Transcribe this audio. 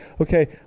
okay